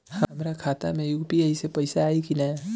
हमारा खाता मे यू.पी.आई से पईसा आई कि ना?